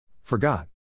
Forgot